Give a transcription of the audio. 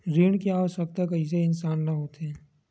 ऋण के आवश्कता कइसे इंसान ला होथे?